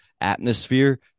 atmosphere